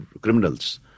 criminals